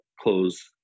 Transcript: close